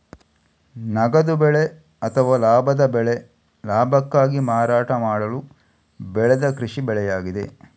ನಗದು ಬೆಳೆ ಅಥವಾ ಲಾಭದ ಬೆಳೆ ಲಾಭಕ್ಕಾಗಿ ಮಾರಾಟ ಮಾಡಲು ಬೆಳೆದ ಕೃಷಿ ಬೆಳೆಯಾಗಿದೆ